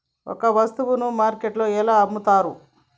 ఒక వస్తువును మార్కెట్లో ఎలా అమ్ముతరు?